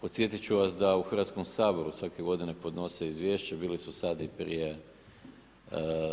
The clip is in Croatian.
Podsjetiti ću vas da u Hrvatskom saboru svake g. podnose izvješće, bili su sada i prije